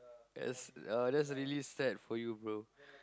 that's that's really sad for you bro